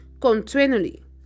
continually